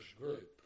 Group